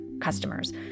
customers